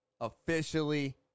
officially